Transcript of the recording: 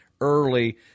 early